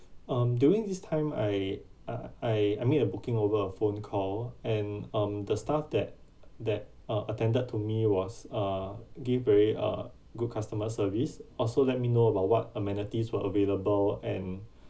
um during this time I uh I I made a booking over a phone call and um the staff that that uh attended to me was uh give very uh good customer service also let me know about what amenities were available and